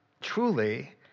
truly